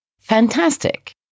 Fantastic